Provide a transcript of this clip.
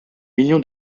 million